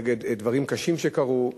נגד דברים קשים שקרו,